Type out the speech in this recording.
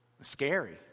Scary